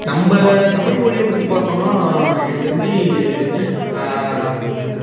நம்ம தமிழ்மொழியைப் பற்றி பார்த்தோன்னா எனக்கு தெரிஞ்சு